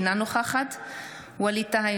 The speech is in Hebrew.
אינה נוכחת ווליד טאהא,